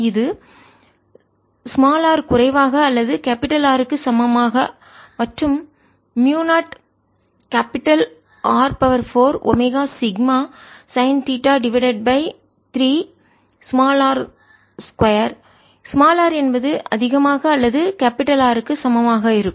இது r குறைவாக அல்லது கேபிடல் R க்கு சமமாக மற்றும் mu capital R 4 omega sigma sine theta divided by 3 r 2 r என்பது அதிகமாக அல்லது கேபிடல் R க்கு சமமாக இருக்கும்